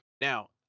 Now